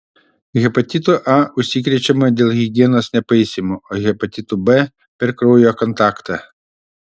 hepatitu a užsikrečiama dėl higienos nepaisymo o hepatitu b per kraujo kontaktą